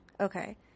Okay